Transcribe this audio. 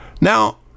Now